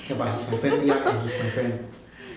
ya but he is my friend ya and he is my friend